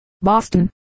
Boston